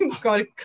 God